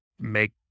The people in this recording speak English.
make